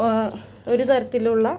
O ഒരു തരത്തിലുള്ള